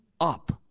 up